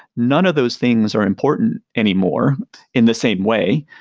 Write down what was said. none of those things are important anymore in the same way.